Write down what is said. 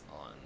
on